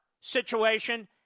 situation